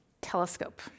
telescope